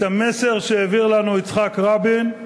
את המסר שהעביר לנו יצחק רבין,